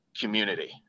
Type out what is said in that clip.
community